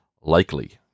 likely